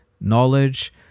knowledge